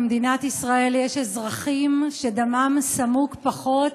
במדינת ישראל יש אזרחים שדמם סמוק פחות